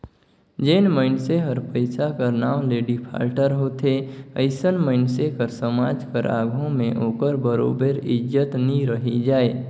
जेन मइनसे हर पइसा कर नांव ले डिफाल्टर होथे अइसन मइनसे कर समाज कर आघु में ओकर बरोबेर इज्जत नी रहि जाए